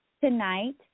tonight